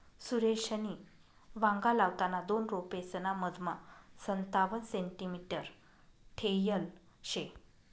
सुरेशनी वांगा लावताना दोन रोपेसना मधमा संतावण सेंटीमीटर ठेयल शे